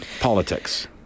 politics